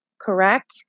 Correct